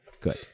Good